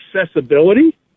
accessibility